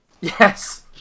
Yes